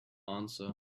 answer